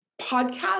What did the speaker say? podcast